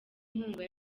inkunga